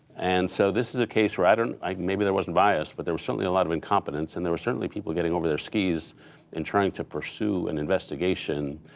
and so this is a case where i don't like maybe there wasn't bias, but there was certainly a lot of incompetence and there were certainly people getting over their skis in trying to pursue an investigation,